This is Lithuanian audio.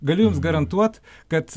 galiu jums garantuot kad